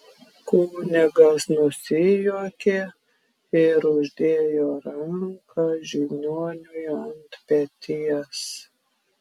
kunigas nusijuokė ir uždėjo ranką žiniuoniui ant peties